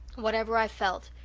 whatever i felt,